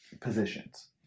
positions